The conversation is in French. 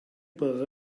par